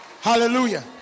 Hallelujah